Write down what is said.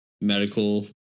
medical